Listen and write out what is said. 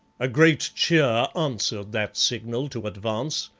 a great cheer answered that signal to advance,